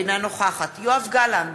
אינה נוכחת יואב גלנט,